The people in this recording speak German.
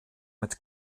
mit